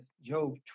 Job